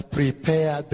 prepare